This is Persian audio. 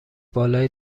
بالا